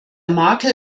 makel